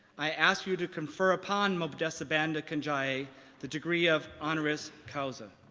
i ask you to confer upon modesta banda kanjaye the degree of honouris causa.